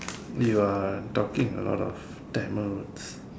you are talking a lot of Tamil